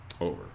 over